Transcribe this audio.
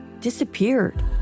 disappeared